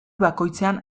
bakoitzean